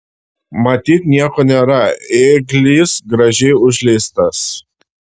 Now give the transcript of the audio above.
matyt nieko nėra ėglis gražiai užleistas